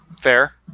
Fair